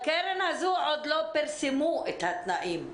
לקרן הזו עוד לא פרסמו את התנאים.